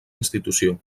institució